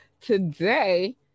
Today